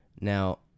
Now